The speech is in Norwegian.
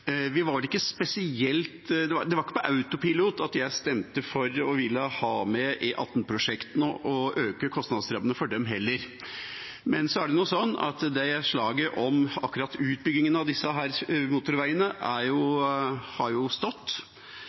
Det var ikke på autopilot jeg stemte for å ville ha med E18-prosjektene og øke kostnadsrammene for dem. Så er det nå sånn at slaget om utbyggingen av disse motorveiene har stått, og da er